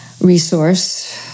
resource